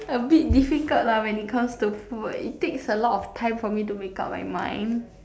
a bit difficult lah when it comes to food it takes a lot of time for me to make up like mind